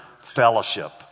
fellowship